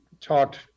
talked